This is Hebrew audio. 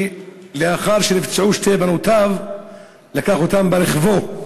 שלאחר שנפצעו שתי בנותיו הוא לקח אותן ברכבו